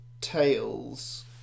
Tails